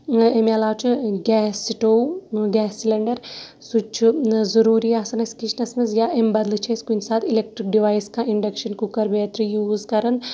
ایمہِ علاوٕ چھُ gas stove gas cylinder سُہِ تہِ چھُ ضروری آسان اَسہِ کِچنس منٛز یا اَمہِ بَدلہ چھِ أسۍ کُنہِ ساتہٕ اِلیکٹرٕک ڈوایس کانٛہہ اِنڑکشن کوکر بیترِ یوز کَران